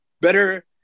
better